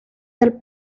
del